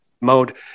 mode